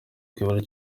kuyobora